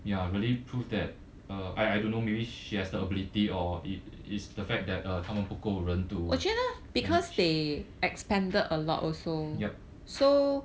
ya really prove that uh I don't know maybe she has the ability or it is the fact that uh 他们不够人 to yup